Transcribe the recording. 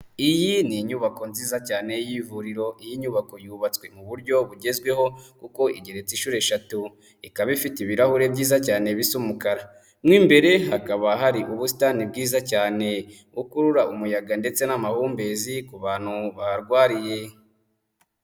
Iyi ni inyubako nziza cyane y'ivuriro, iyi nyubako yubatswe mu buryo bugezweho kuko igereraretse inshuro eshatu, ikaba ifite ibirahureri byiza cyane bisa umukara, mo imbere hakaba hari ubusitani bwiza cyane bukurura umuyaga ndetse n'amahumbezi ku bantu baharwariye.